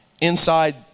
inside